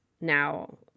now